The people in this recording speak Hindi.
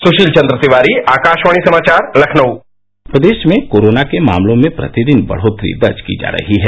सुशील चेन्द्र तिवारीआकारावाणी समाचारलाखनऊ प्रदेश में कोरोना के मामलों में प्रतिदिन बढ़ोत्तरी दर्ज की जा रही है